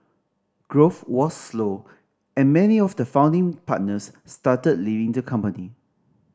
growth was slow and many of the founding partners started leaving the company